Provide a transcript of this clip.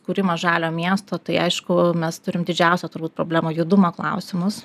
kūrimą žalio miesto tai aišku mes turim didžiausią turbūt problemą judumo klausimus